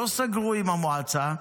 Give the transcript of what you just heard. שלא סגרו עם המועצה.